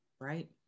right